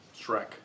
shrek